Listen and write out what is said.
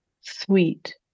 sweet